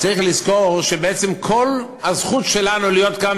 צריך לזכור שבעצם כל הזכות שלנו להיות כאן,